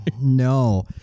no